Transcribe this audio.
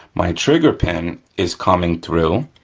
my trigger pin is coming through,